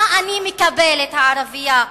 מה אני מקבלת, הערבייה,